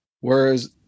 whereas